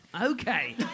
Okay